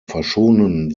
verschonen